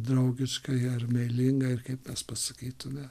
draugiškai ar meilingai ar kaip mes pasakytume